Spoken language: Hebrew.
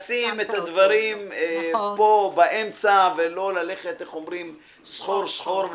לשים את הדברים פה באמצע ולא ללכת סחור סחור.